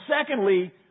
secondly